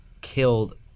killed